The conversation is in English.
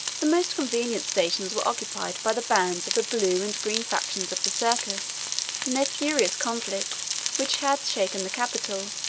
the most convenient stations were occupied by the bands of the blue and green factions of the circus and their furious conflicts, which had shaken the capital,